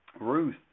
Ruth